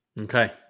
Okay